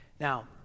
Now